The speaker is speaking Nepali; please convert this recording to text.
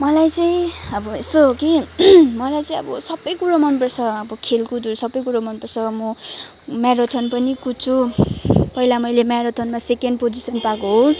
मलाई चाहिँ अब यस्तो हो कि मलाई चाहिँ अब सहै कुरो मनपर्छ अब खेलकुदहरू सबै मनपर्छ म म्याराथान पनि कुद्छु पहिला मैले म्याराथानमा सेकेन्ड पोजिसन पाएको हो